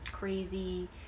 crazy